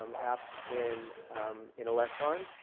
um app in in electron,